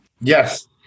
Yes